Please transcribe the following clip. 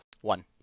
One